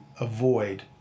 avoid